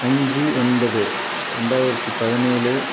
அஞ்சு ஒன்பது ரெண்டாயிரத்து பதினேழு